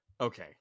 Okay